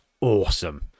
awesome